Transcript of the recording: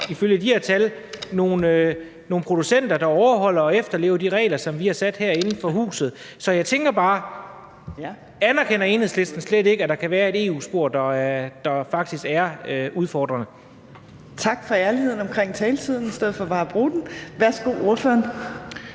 ifølge de her tal har vi jo nogle producenter, der overholder og efterlever de regler, som vi har sat herinde i huset. Så jeg tænker bare, at anerkender Enhedslisten slet ikke, at der kan være et EU-spor, der faktisk er udfordrende? Kl. 15:04 Fjerde næstformand (Trine Torp): Tak for ærligheden omkring taletiden i stedet for bare at bruge den. Værsgo til ordføreren.